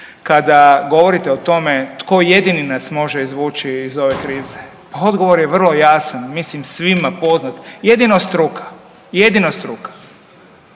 Kada govorite o tome tko jedini nas može izvući iz ove krize, odgovor je vrlo jasan mislim svima poznat jedino struka, jedino struka.